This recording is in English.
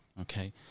Okay